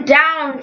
down